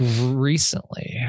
Recently